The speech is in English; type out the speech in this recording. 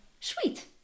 sweet